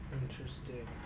Interesting